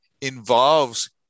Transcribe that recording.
involves